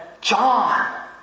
John